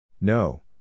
No